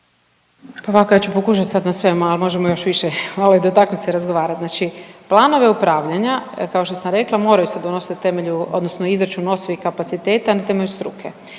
Ovako, ja ću pokušat sad na sve, ma možemo još više malo i dotaknut se i razgovarat, znači planove upravljanje kao što sam rekla moraju se donositi na temelju odnosno izračunu …/Govornik se ne razumije./…kapaciteta na temelju struke.